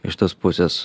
iš tos pusės